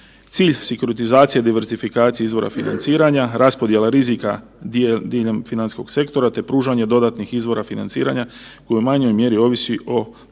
Cilj sekuritizacije diversifikacije izvora financiranja, raspodjela rizika diljem financijskog sektora te pružanja dodatnih izvora financiranja koji u manjoj mjeri ovisi u